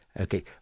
Okay